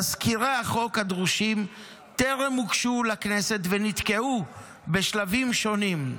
תזכירי החוק הדרושים טרם הוגשו לכנסת ונתקעו בשלבים שונים.